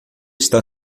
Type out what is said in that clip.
está